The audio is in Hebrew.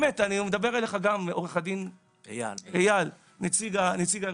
אני מדבר אליך גם עורך הדין אייל נציג הארגון,